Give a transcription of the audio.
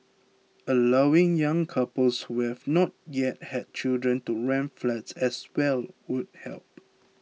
allowing young couples with not yet had children to rent flats as well would help